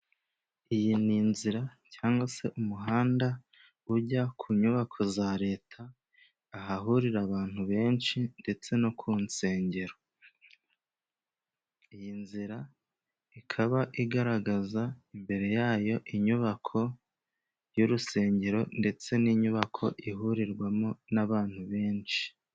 Iyi ni inzira cyangwa se umuhanda ujya ku nyubako za leta, ahahurira abantu benshi ndetse no ku nsengero. Iyi nzira ikaba igaragaza imbere yayo inyubako y'urusengero ndetse n'inyubako ihurirwamo n'abantu benshi.